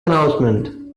announcement